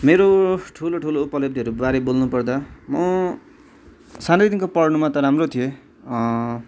मेरो ठुलो ठुलो उपलब्धिहरूबारे बोल्नु पर्दा म सानैदेखिको पढ्नमा त राम्रो थिएँ